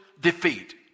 defeat